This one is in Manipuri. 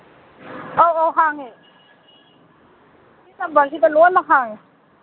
ꯑꯧ ꯑꯧ ꯍꯥꯡꯉꯦ ꯁꯤ ꯅꯝꯕꯔꯁꯤꯗ ꯂꯣꯏꯃꯛ ꯍꯥꯡꯉꯦ